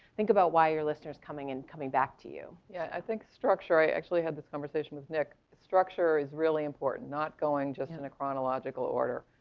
think about why your listeners coming in, coming back to you. you. yeah, i think structure i actually had this conversation with nick. structure is really important. not going just in a chronological order.